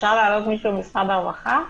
אפשר להעלות מישהו ממשרד הרווחה?